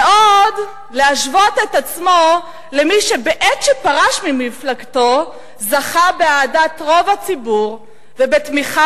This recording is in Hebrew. ועוד להשוות את עצמו למי שבעת שפרש ממפלגתו זכה באהדת רוב הציבור ובתמיכה